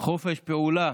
חופש פעולה